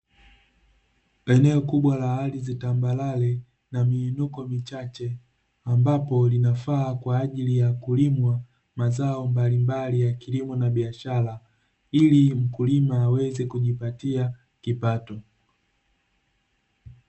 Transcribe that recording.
Eneo kubwa la ardhi tambarare na miinuko michache, ambapo linafaa kwa ajili ya kulimwa mazao mbalimbali ya kilimo na biashara, ili mkulima aweze kujipatia kipato.